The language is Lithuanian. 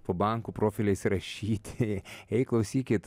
po bankų profiliais rašyti ei klausykit